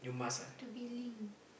have to be linked